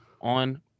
on